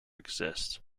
exists